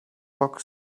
poc